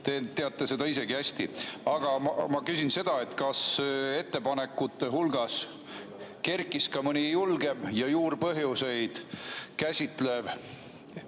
Te teate seda isegi hästi. Aga ma küsin, kas ettepanekute hulgas kerkis ka mõni julgem ja juurpõhjuseid käsitlev